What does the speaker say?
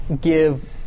give –